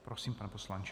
Prosím, pane poslanče.